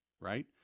right